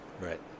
Right